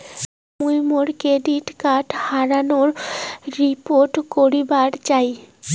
মুই মোর debit card হারানোর রিপোর্ট করিবার চাই